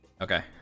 Okay